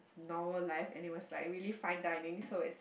normal life and it was like really fine dining so it's